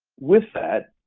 with that,